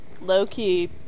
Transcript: low-key